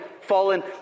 fallen